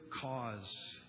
cause